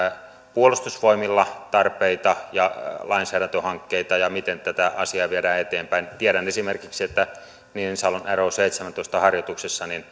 puolustusvoimilla tarpeita ja onko lainsäädäntöhankkeita ja miten tätä asiaa viedään eteenpäin tiedän esimerkiksi että niinisalon arrow seitsemäntoista harjoituksessa